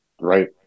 Right